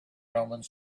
omens